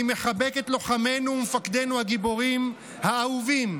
אני מחבק את לוחמינו ומפקדינו הגיבורים האהובים,